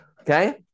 Okay